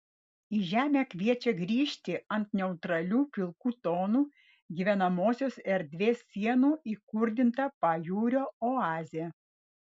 į žemę kviečia grįžti ant neutralių pilkų tonų gyvenamosios erdvės sienų įkurdinta pajūrio oazė